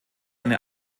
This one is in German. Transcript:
eine